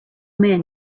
man